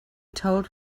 told